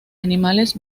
animales